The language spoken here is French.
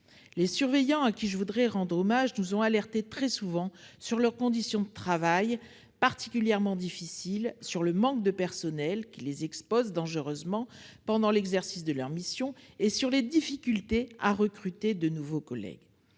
Les surveillants, à qui je voudrais rendre hommage, nous ont alertés très souvent sur leurs conditions de travail particulièrement difficiles, sur le manque de personnel qui les expose dangereusement pendant l'exercice de leur mission et sur les difficultés à recruter de nouveaux collègues.